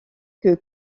que